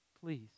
please